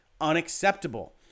unacceptable